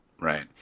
Right